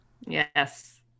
Yes